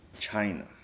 China